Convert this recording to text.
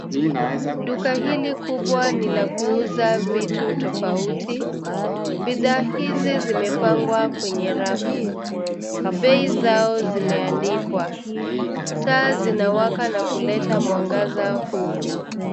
Duka hili kubwa ni la kuuza vitu tafauti. Bidhaa hizi vimepangwa kwenye rafu, bei zao zimeandikwa. Taa zinawaka na kuleta mwangaza umu.